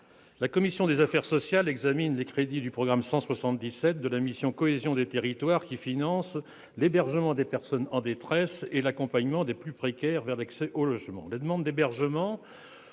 la commission des affaires sociales a examiné les crédits du programme 177 de la mission « Cohésion des territoires », qui financent l'hébergement des personnes en détresse et l'accompagnement des plus précaires vers l'accès au logement. Les demandes d'hébergement